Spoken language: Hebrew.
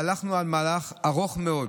הלכנו על מהלך ארוך מאוד,